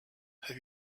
have